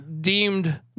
deemed